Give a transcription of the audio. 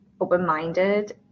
open-minded